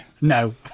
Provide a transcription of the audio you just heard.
No